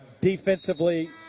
Defensively